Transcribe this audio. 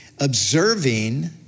observing